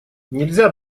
нельзя